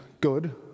good